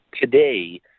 today